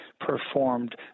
performed